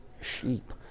sheep